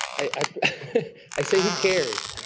i i say who cares.